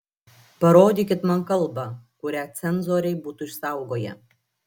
parodykit man kalbą kurią cenzoriai būtų išsaugoję